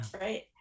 Right